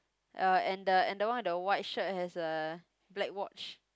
uh and the and the one with the white shirt has a black watch